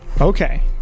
Okay